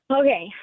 okay